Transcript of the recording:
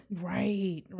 Right